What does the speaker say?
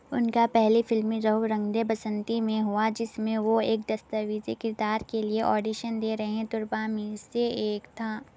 ان کا پہلے فلمی ظہور رنگ دے بسنتی میں ہوا جس میں وہ ایک دستاویزی کردار کے لیے آڈیشن دے رہے میں سے ایک تھا